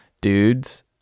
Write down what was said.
dudes